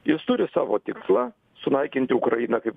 jis turi savo tikslą sunaikinti ukrainą kaip